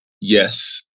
yes